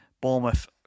Bournemouth